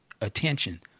attention